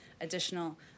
additional